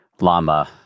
lama